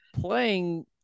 Playing